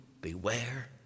beware